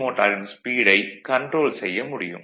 மோட்டாரின் ஸ்பீடை கன்ட்ரோல் செய்ய முடியும்